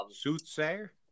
Soothsayer